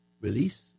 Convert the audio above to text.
release